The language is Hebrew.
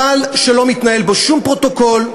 אבל שלא מתנהל בו שום פרוטוקול,